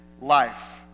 life